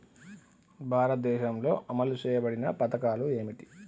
భారతదేశంలో అమలు చేయబడిన పథకాలు ఏమిటి?